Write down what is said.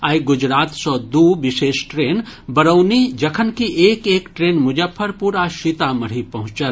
आइ गुजरात सॅ दू विशेष ट्रेन बरौनी जखनकि एक एक ट्रेन मुजफ्फरपुर आ सीतामढ़ी पहुंचल